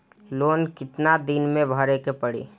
Loan कितना दिन मे भरे के पड़ी?